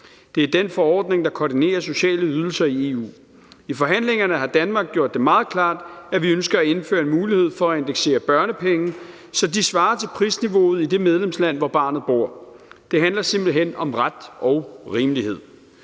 det er den forordning, der koordinerer sociale ydelser i EU. I forhandlingerne har Danmark gjort det meget klart, at vi ønsker at indføre en mulighed for at indeksere børnepenge, så de svarer til prisniveauet i det medlemsland, hvor barnet bor. Det handler simpelt hen om ret og rimelighed.